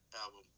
album